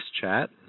chat